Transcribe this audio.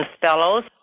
Fellows